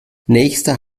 nächster